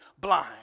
blind